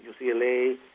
UCLA